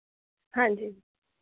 ਹਾਂਜੀ